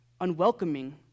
unwelcoming